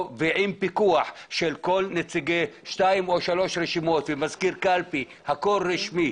עם פיקוח של נציגי שתיים או שלוש רשימות ומזכיר קלפי כאשר הכול רשמי.